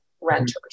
renters